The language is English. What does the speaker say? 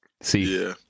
See